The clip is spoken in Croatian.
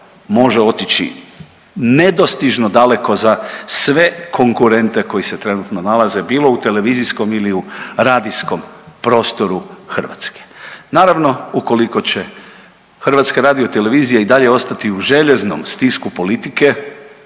može otići nedostižno daleko za sve konkurente koji se trenutno nalaze bilo u televizijskom ili u radijskom prostoru Hrvatske. Naravno ukoliko će HRT i dalje ostati u željeznom stisku politike